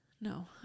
no